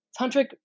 tantric